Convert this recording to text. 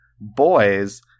boys-